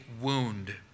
wound